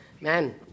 man